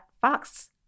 Fox